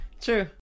true